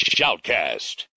Shoutcast